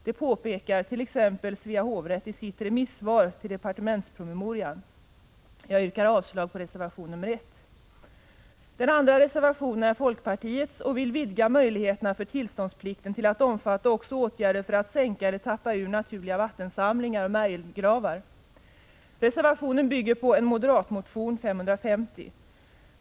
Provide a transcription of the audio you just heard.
Detta påpekar t.ex. Svea hovrätt i ett remissvar till departementspromemorian. Jag yrkar avslag på reservation 1. Den andra reservationen är folkpartiets. Man vill vidga möjligheterna för tillståndsplikten till att omfatta också åtgärder för att sänka eller tappa ur 115 naturliga vattensamlingar och märgelgravar. Reservationen bygger på en moderat motion Jo550.